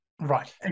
Right